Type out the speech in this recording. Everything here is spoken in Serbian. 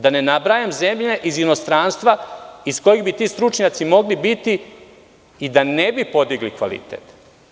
Da ne nabrajam zemlje iz inostranstva iz kojih bi ti stručnjaci mogli biti i da ne bi podigli kvalitet.